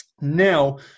now